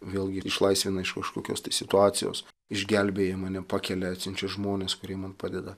vėlgi išlaisvina iš kažkokios tai situacijos išgelbėja mane pakelia atsiunčia žmones kurie man padeda